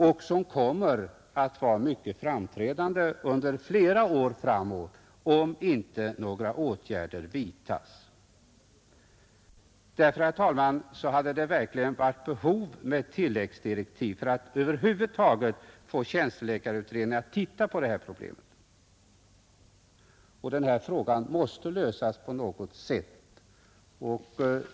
Och som kommer att vara mycket framträdande under flera år framåt, om inte några åtgärder vidtas. Därför, herr talman, hade det verkligen funnits behov av tilläggsdirektiv för att över huvud taget få läkartjänstutredningen att se över detta problem., som måste lösas på något sätt.